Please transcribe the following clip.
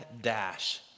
dash